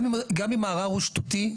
גם אם הערר הוא שטותי,